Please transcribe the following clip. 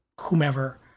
whomever